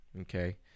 okay